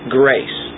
grace